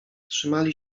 trzymali